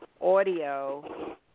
audio